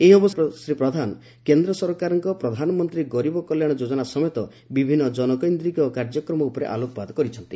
ଏହି ଅବସରରେ ଶ୍ରୀ ପ୍ରଧାନ କେନ୍ଦ୍ର ସରକାରଙ୍କ ପ୍ରଧାନମନ୍ତ୍ରୀ ଗରିବ କଲ୍ୟାଣ ଯୋଜନା ସମେତ ବିଭିନ୍ନ ଜନକୈନ୍ଦ୍ରିକ କାର୍ଯ୍ୟକ୍ରମ ଉପରେ ଆଲୋକପାତ କରିଛନ୍ତି